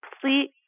complete